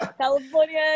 California